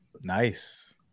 Nice